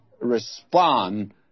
respond